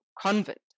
convent